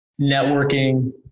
networking